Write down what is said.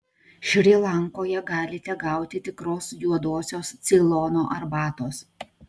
šri lankoje galite gauti tikros juodosios ceilono arbatos